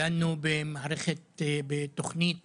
דנו בתוכנית